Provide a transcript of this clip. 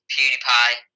PewDiePie